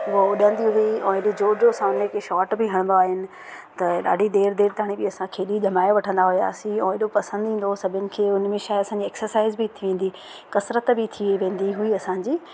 उहो उॾंदी हुई ऐं एॾी ज़ोर ज़ोर सां उन ते शॉट बि हणिबा आहिनि त ॾाढी देर देर ताणी बि असां खेॾी जमाए वठंदा होयासी ऐं एॾो पसंदि ईंदो सभिनि खे उन में छा आहे असांजी एक्सरसाइज़ बि थी वेंदी कसिरत बि थी वेंदी हुई असांजी